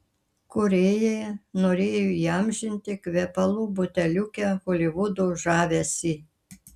kūrėjai norėjo įamžinti kvepalų buteliuke holivudo žavesį